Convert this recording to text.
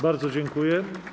Bardzo dziękuję.